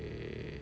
eh